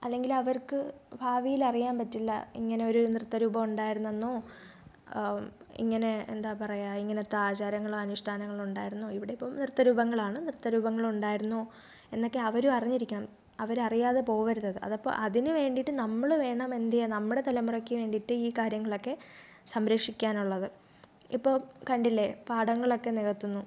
അല്ലെങ്കിൽ അവർക്ക് ഭാവിയിൽ അറിയാൻ പറ്റില്ല ഇങ്ങനെ ഒരു നൃത്ത രൂപം ഉണ്ടായിരുന്നെന്നോ ഇങ്ങനെ എന്താ പറയുക ഇങ്ങനത്തെ ആചാരങ്ങളും അനുഷ്ടാനങ്ങളും ഉണ്ടായിരുന്നു ഇവിടെ ഇപ്പോൾ നൃത്ത രൂപങ്ങളാണ് നൃത്ത രൂപങ്ങളുണ്ടായിരുന്നു എന്നൊക്കെ അവരും അറിഞ്ഞിരിക്കണം അവരറിയാതെ പോകരുതത് അതപ്പോൾ അതിനു വേണ്ടിയിട്ട് നമ്മൾ വേണം എന്തെയ്യാ നമ്മുടെ തലമുറക്ക് വേണ്ടിയിട്ട് ഈ കാര്യങ്ങളൊക്കെ സംരക്ഷിക്കാനുള്ളത് ഇപ്പോൾ കണ്ടില്ലേ പാടങ്ങളൊക്കെ നികത്തുന്നു